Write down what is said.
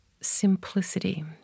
simplicity